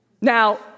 Now